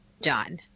done